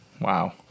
Wow